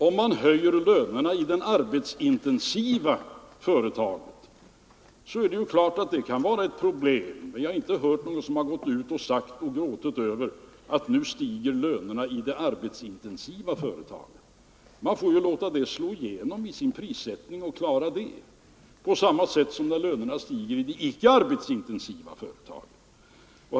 Om lönerna i det arbetsintensiva företaget höjs, kan det självfallet medföra problem, men jag har inte hört någon som gråtit över att lönerna stiger i de arbetsintensiva företagen. Man får klara höjningen genom att låta den slå igenom i prissättningen, på samma sätt som i de icke arbetsintensiva företagen.